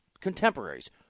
contemporaries